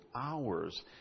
hours